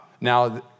Now